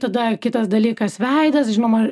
tada kitas dalykas veidas žinoma